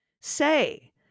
say